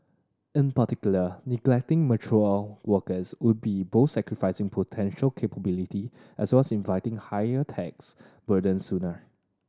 in particular neglecting mature workers would be both sacrificing potential capability as well as inviting higher tax burden sooner